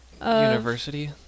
University